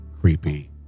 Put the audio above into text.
creepy